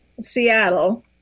Seattle